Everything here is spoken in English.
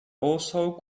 also